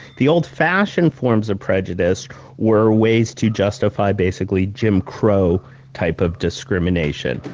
the old-fashioned forms of prejudice were ways to justify basically jim crow type of discrimination,